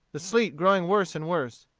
the sleet growing worse and worse.